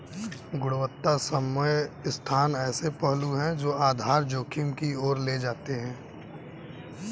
गुणवत्ता समय स्थान ऐसे पहलू हैं जो आधार जोखिम की ओर ले जाते हैं